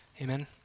Amen